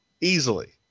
easily